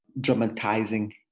dramatizing